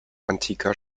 antiker